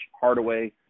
Hardaway